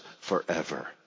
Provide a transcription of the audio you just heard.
forever